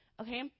Okay